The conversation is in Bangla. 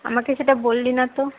আমাকে সেটা বললি না তো